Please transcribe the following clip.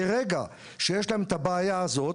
מהרגע שיש להם את הבעיה הזאת